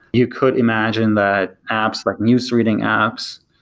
you could imagine that apps, like news reading apps,